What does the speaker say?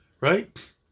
Right